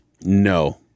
No